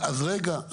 אז רגע,